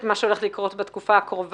ממה שהולך לקרות בתקופה הקרובה,